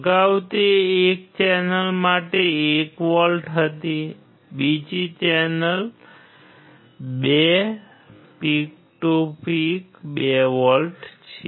અગાઉ તે એક ચેનલ માટે 1 વોલ્ટ હતી બીજી channel 2 volt peak to peak છે